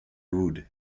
rude